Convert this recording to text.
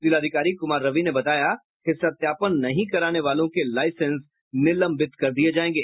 जिलाधिकारी कुमार रवि ने बताया कि सत्यापन नहीं कराने वालों के लाईसेंस निलंबित कर दिये जायेंगे